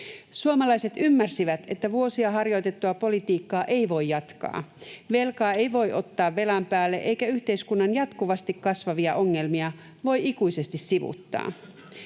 Suomalaiset ymmärsivät, että vuosia harjoitettua politiikkaa ei voi jatkaa. Velkaa ei voi ottaa velan päälle, eikä yhteiskunnan jatkuvasti kasvavia ongelmia voi ikuisesti sivuuttaa.